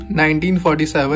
1947